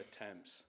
attempts